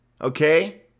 okay